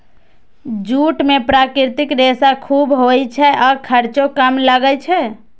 jute मे प्राकृतिक रेशा खूब होइ छै आ खर्चो कम लागै छै